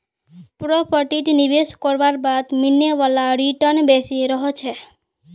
प्रॉपर्टीत निवेश करवार बाद मिलने वाला रीटर्न बेसी रह छेक